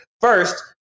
first